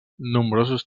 nombrosos